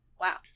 wow